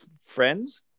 friends